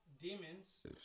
demons